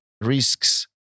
risks